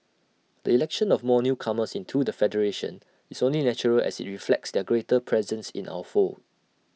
the election of more newcomers into the federation is only natural as IT reflects their greater presence in our fold